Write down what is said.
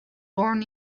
born